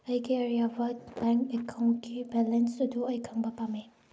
ꯑꯩꯒꯤ ꯑꯔꯤꯌꯥꯕꯠ ꯕꯦꯡ ꯑꯦꯀꯥꯎꯟꯀꯤ ꯕꯦꯂꯦꯟꯁ ꯑꯗꯨ ꯑꯩ ꯈꯪꯕ ꯄꯥꯝꯃꯤ